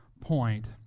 point